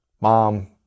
mom